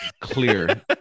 clear